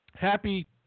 Happy